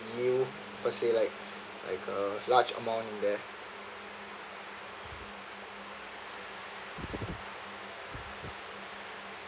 yield per se like like a large amount in there